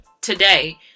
today